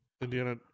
Indiana